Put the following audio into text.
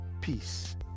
Peace